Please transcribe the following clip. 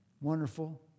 Wonderful